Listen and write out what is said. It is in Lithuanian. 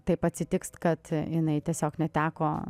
taip atsitiks kad jinai tiesiog neteko